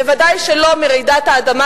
ודאי שלא מרעידת האדמה,